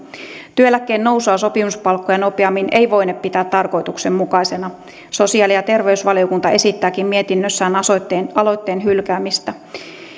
työeläkkeen nousua sopimuspalkkoja nopeammin ei voine pitää tarkoituksenmukaisena sosiaali ja terveysvaliokunta esittääkin mietinnössään aloitteen aloitteen hylkäämistä